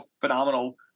phenomenal